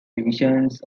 divisions